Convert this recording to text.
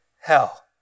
hell